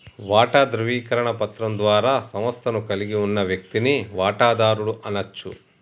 వాటా ధృవీకరణ పత్రం ద్వారా సంస్థను కలిగి ఉన్న వ్యక్తిని వాటాదారుడు అనచ్చు